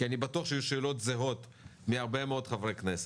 כי אני בטוח שיהיו שאלות זהות מהרבה מאוד חברי כנסת,